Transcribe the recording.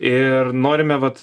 ir norime vat